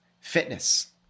fitness